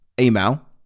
email